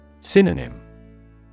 Synonym